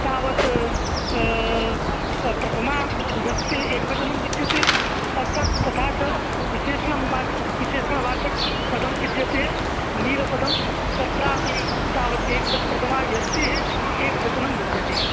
तावत् प्रथमाविभक्ति एकवचनं विद्यते अर्थात् तथा च विशेषणवाचक विशेषणवाचकपदं विद्यते नीलपदं तत्रापि तावत् एकवचनं प्रथमा विभक्तेः एकवचनं विद्यते